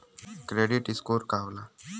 Credit score का होला?